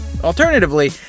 Alternatively